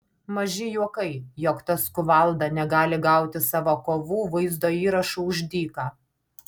maži juokai jog tas kuvalda negali gauti savo kovų vaizdo įrašų už dyką